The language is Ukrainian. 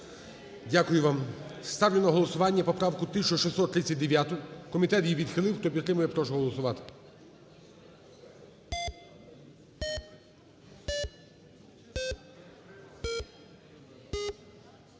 Дякую вам. Ставлю на голосування поправку 1639. Комітет її відхилив. Хто підтримує, прошу голосувати.